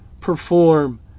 perform